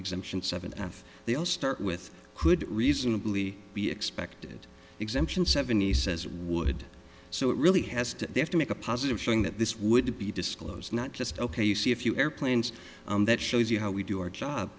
exemption seven f they all start with could reasonably be expected exemption seventy says wood so it really has to they have to make a positive showing that this would be disclosed not just ok you see if you airplane's that shows you how we do our job